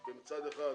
אחד,